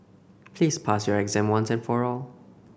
please pass your exam once and for all